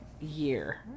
year